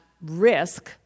risk